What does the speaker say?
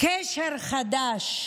קשר חדש,